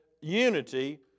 unity